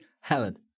Helen